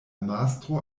mastro